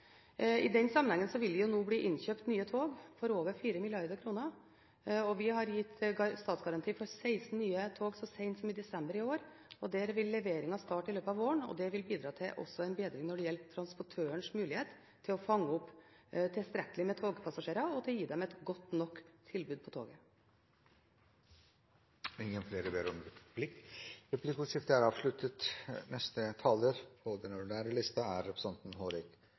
nå bli innkjøpt nye tog for over 4 mrd. kr. Vi har gitt statsgaranti for 16 nye tog så sent som i desember. Leveringen vil starte i løpet av våren, og det vil bidra også til en bedring når det gjelder transportørens mulighet til å fange opp tilstrekkelig med togpassasjerer og til å gi dem et godt nok tilbud på toget. Replikkordskiftet er avsluttet. Man skal vokte seg vel for å undervurdere kompleksiteten i de oppgavene som Jernbaneverket er satt til å løse, men man skal heller ikke komplisere de delene av arbeidet som er